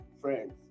friends